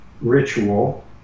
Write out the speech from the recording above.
ritual